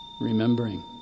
Remembering